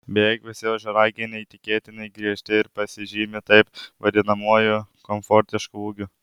beveik visi ožiaragiai neįtikėtinai griežti ir pasižymi taip vadinamuoju komfortišku ūgiu